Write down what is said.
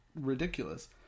ridiculous